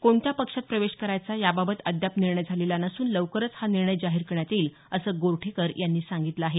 कोणत्या पक्षात प्रवेश करायचा याबाबत अद्याप निर्णय झालेला नसून लवकरच हा निर्णय जाहीर करण्यात येईल असं गोरठेकर यांनी सांगितलं आहे